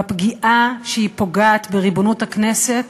בפגיעה שהיא פוגעת בריבונות הכנסת